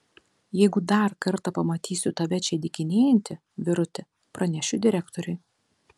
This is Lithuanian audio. jeigu dar kartą pamatysiu tave čia dykinėjantį vyruti pranešiu direktoriui